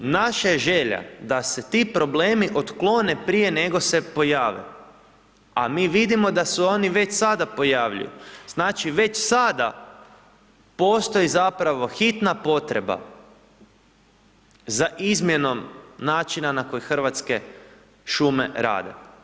Naša je želja da se ti problemi otklone prije nego se pojave, a mi vidimo da se oni već sada pojavljuju, znači već sada postoji zapravo hitna potreba za izmjenom načina na koji Hrvatske šume rade.